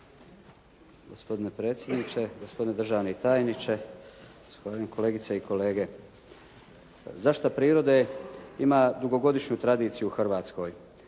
Gospodine predsjedniče, gospodine državni tajniče, kolegice i kolege. Zaštita prirode ima dugogodišnju tradiciju u Hrvatskoj